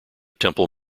temple